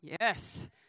Yes